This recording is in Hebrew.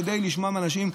כדי לשמוע מאנשים.